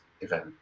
event